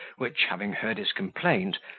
which, having heard his complaint,